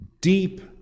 deep